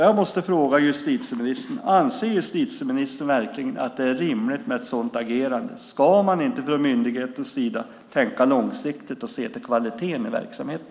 Jag måste fråga justitieministern: Anser justitieministern att det är rimligt med ett sådant agerande? Ska man inte från myndighetens sida tänka långsiktigt och se till kvaliteten i verksamheten?